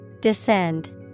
Descend